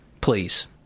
Please